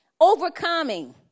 overcoming